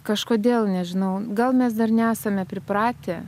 kažkodėl nežinau gal mes dar nesame pripratę